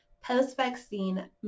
post-vaccine